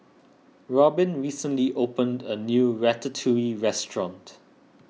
Robin recently opened a new Ratatouille restaurant